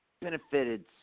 benefited